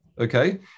Okay